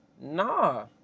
Nah